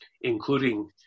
including